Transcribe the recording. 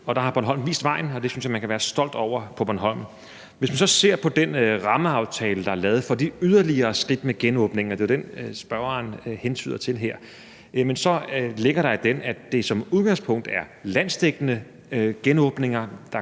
Der har Bornholm vist vejen, og det synes jeg man kan være stolt af på Bornholm. Hvis man så ser på den rammeaftale, der er lavet, om de yderligere skridt i forhold til genåbningen – og det er jo den, spørgeren hentyder til her – kan man se, at der i den ligger, at det som udgangspunkt er landsdækkende genåbninger. Der